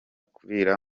kurira